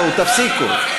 בואו, תפסיקו.